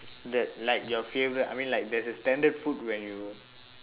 that like your favourite I mean like there's a standard food where you